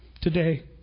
today